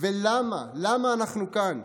ולמה אנחנו כאן.